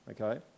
okay